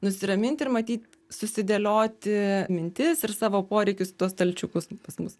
nusiraminti ir matyt susidėlioti mintis ir savo poreikius tuos stalčiukus pas mus